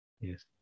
yes